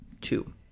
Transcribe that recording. two